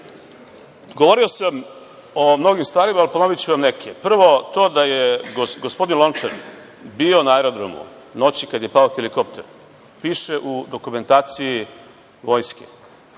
Hvala. Govorio sam o mnogim stvarima, ali ponoviću vam neke. Prvo, to da je gospodin Lončar bio na aerodromu u noći kada je pao helikopter piše u dokumentaciji Vojske.